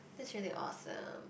that's really awesome